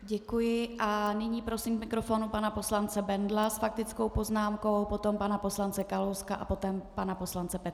Děkuji a nyní prosím k mikrofonu pana poslance Bendla s faktickou poznámkou, potom pana poslance Kalouska a poté pana poslance Petra Fialu.